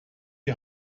die